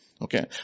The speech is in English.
Okay